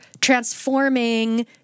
transforming